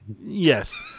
Yes